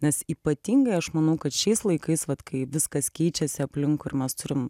nes ypatingai aš manau kad šiais laikais vat kai viskas keičiasi aplinkui ir mes turim